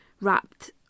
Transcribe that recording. wrapped